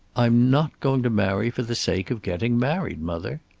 i'm not going to marry for the sake of getting married, mother.